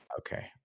Okay